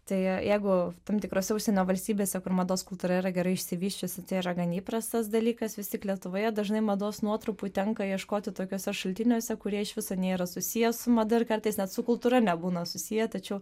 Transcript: tai jeigu tam tikrose užsienio valstybėse kur mados kultūra yra gerai išsivysčiusi tai yra gan įprastas dalykas vis tik lietuvoje dažnai mados nuotrupų tenka ieškoti tokiuose šaltiniuose kurie iš viso nėra susiję su mada ir kartais net su kultūra nebūna susiję tačiau